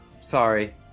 Sorry